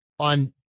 On